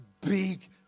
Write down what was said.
big